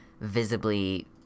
visibly